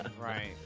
Right